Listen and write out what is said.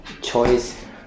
choice